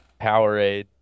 Powerade